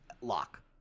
Lock